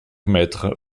mètres